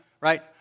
Right